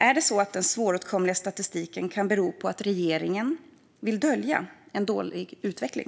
Är det så att den svåråtkomliga statistiken kan bero på att regeringen vill dölja en dålig utveckling?